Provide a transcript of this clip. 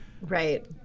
Right